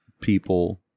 people